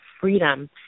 freedom